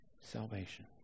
Salvation